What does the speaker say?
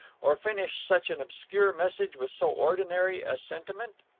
or finish such an obscure message with so ordinary a sentiment?